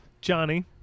Johnny